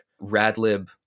radlib